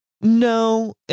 No